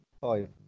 Five